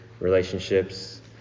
relationships